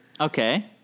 Okay